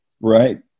Right